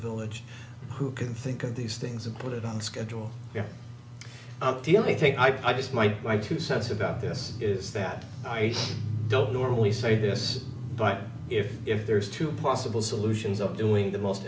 village who can think of these things and put it on schedule the only thing i just might my two cents about this is that i don't normally say this but if if there's two possible solutions of doing the most